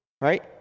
right